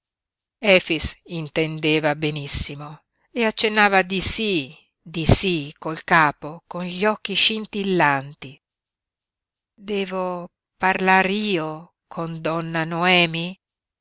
intendeva benissimo e accennava di sí di sí col capo con gli occhi scintillanti devo parlar io con donna noemi